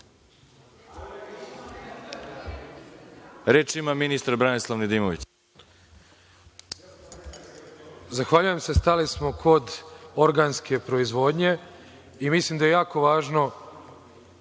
Reč ima ministar. **Branislav Nedimović**